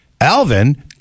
Alvin